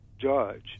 judge